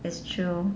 that's true